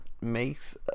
Makes